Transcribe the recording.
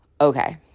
okay